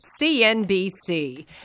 CNBC